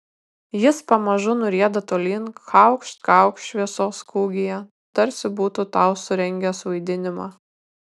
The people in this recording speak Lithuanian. jis pamažu nurieda tolyn kaukšt kaukšt šviesos kūgyje tarsi būtų tau surengęs vaidinimą